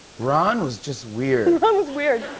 ron was just weird. and ron was weird.